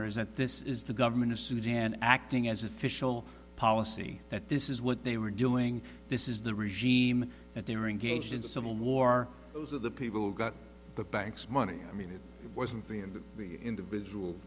honor is that this is the government of sudan acting as official policy that this is what they were doing this is the regime that they were engaged in civil war those are the people who got the banks money i mean it wasn't the end of the individual